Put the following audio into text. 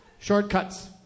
Shortcuts